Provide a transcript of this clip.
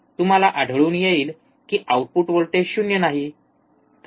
तुम्हाला आढळून येईल कि आउटपुट व्होल्टेज शून्य० नाही